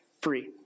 free